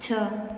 छह